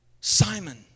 Simon